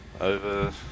over